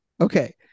Okay